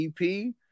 EP